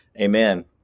Amen